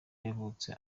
yavutse